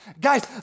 Guys